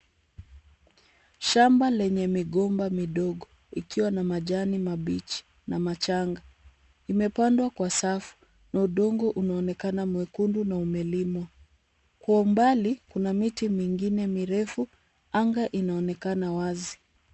Shamba lenye migomba midogo ikiwa na majani mabichi na machanga. Imepandwa kwa safu na udongo unaonekana mwekundu na umelimwa. Kwa umbali, kuna miti mingine mirefu, anga inaonekana wazi.